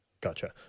Gotcha